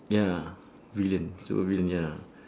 ya villain so villain ya